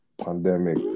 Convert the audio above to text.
pandemic